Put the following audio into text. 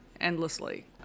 endlessly